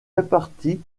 répartis